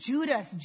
Judas